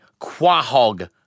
quahog